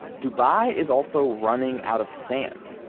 dubai is also running out of sand.